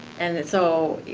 and and so,